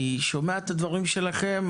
אני שומע את הדברים שלכם,